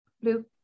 Blue